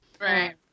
Right